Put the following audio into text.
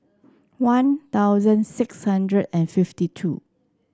One Thousand six hundred and fifty two